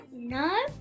no